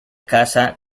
caza